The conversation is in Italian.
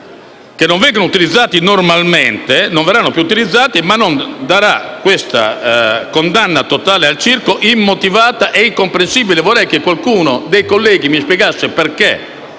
che non vengono utilizzati normalmente, non siano più utilizzati, ma non darà questa condanna totale al circo, immotivata e incomprensibile. Vorrei che qualcuno dei colleghi mi spiegasse perché,